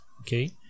okay